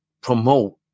promote